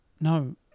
no